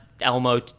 Elmo